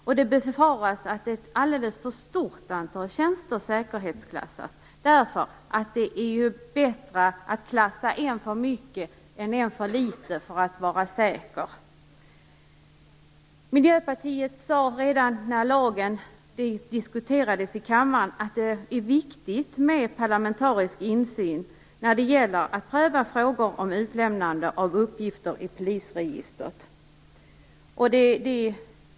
Man befarar att ett alldeles för stort antal tjänster säkerhetsklassas, därför att det tycks vara bättre att säkerhetsklassa en tjänst för mycket än en för litet - för säkerhets skull. Redan när lagen diskuterades i kammaren sade Miljöpartiet att det är viktigt med parlamentarisk insyn när det gäller att pröva frågor om utlämnande av uppgifter i polisregistret.